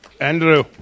andrew